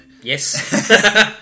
yes